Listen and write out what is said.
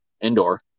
indoor